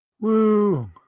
Woo